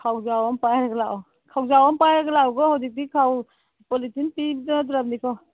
ꯈꯥꯎꯖꯥꯎ ꯑꯃ ꯄꯥꯏꯔꯒ ꯂꯥꯛꯑꯣ ꯈꯥꯎꯖꯥꯎ ꯑꯃ ꯄꯥꯏꯔꯒ ꯂꯥꯛꯑꯣꯀꯣ ꯍꯧꯖꯤꯛꯇꯤ ꯈꯥꯎ ꯄꯣꯂꯤꯊꯤꯟ ꯄꯤꯅꯗ꯭ꯔꯕꯅꯤꯀꯣ